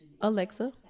Alexa